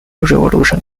revolution